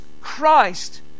Christ